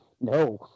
No